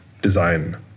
design